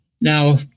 now